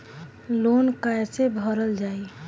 Loan कैसे भरल जाइ?